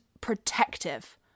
protective